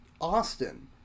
Austin